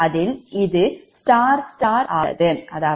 அதில் இது star star ஆக உள்ளது